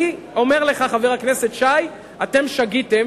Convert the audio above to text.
אני אומר לך, חבר הכנסת שי, אתם שגיתם.